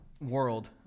world